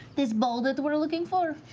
this bowl that we're looking for.